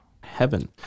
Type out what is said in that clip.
heaven